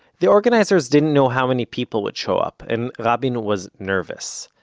the organizers didn't know how many people would show up, and rabin was nervous.